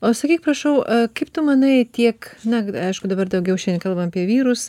o sakyk prašau a kaip tu manai tiek na aišku dabar daugiau šiandien kalbam apie vyrus